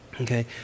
Okay